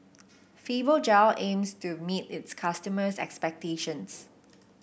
Fibogel aims to meet its customers' expectations